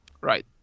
Right